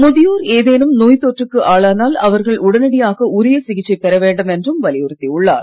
முதியோர் ஏதேனும் நோய் தொற்றுக்கு ஆளானால் அவர்கள் உடனடியாக உரிய சிகிச்சை பெற வேண்டும் என்றும் வலியுறுத்தி உள்ளார்